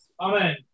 Amen